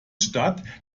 stadt